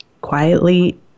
quietly